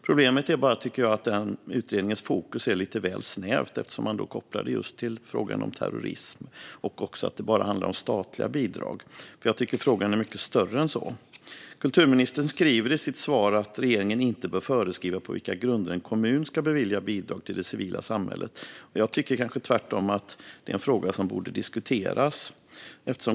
Problemet är bara att utredningens fokus är lite väl snävt, eftersom man kopplar det just till frågan om terrorism och att det bara handlar om statliga bidrag. Jag tycker att frågan är mycket större än så. Kulturministern skriver i sitt svar att regeringen inte bör föreskriva på vilka grunder en kommun ska bevilja bidrag till det civila samhället. Jag tycker tvärtom att det är en fråga som borde diskuteras.